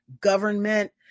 government